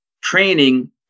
training